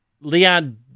Leon